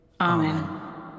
Amen